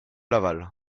laval